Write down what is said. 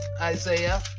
Isaiah